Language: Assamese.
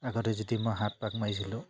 আগতে যদি মই সাত পাক মাৰিছিলোঁ